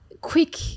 quick